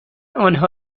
آنها